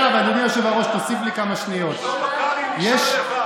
למה אתם חוסמים את זה?